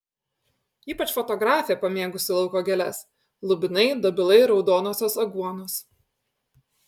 ypač fotografė pamėgusi lauko gėles lubinai dobilai raudonosios aguonos